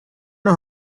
nos